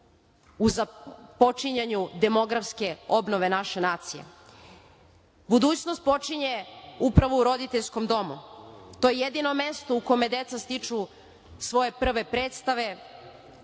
u započinjanju demografske obnove naše nacije. Budućnost počinje upravo u roditeljskom domu. To je jedino mesto u kome deca stiču svoje prve predstave,